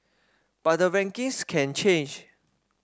but the rankings can change